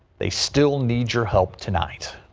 they still need your help tonight.